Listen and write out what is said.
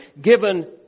given